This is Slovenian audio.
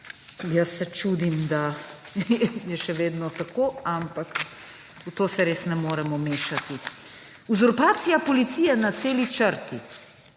Jaz se čudim, da je še vedno tako, ampak v to se res ne moremo mešati. Uzurpacija policije na celi črti.